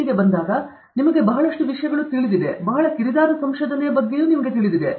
D ಗೆ ಬಂದಾಗ ನಿಮಗೆ ಬಹಳಷ್ಟು ತಿಳಿದಿದೆ ಬಹಳ ಕಿರಿದಾದ ಸಂಶೋಧನೆಯ ಬಗ್ಗೆ ನಿಮಗೆ ತಿಳಿದಿದೆ